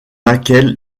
laquelle